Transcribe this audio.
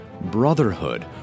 brotherhood